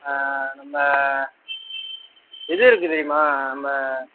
நம்ம இது இருக்கு தெரியுமா நம்ம